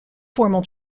formal